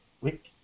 Wait